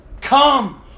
Come